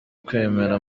kwemera